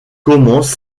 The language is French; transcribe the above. commence